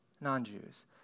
non-Jews